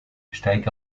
steig